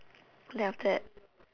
then after that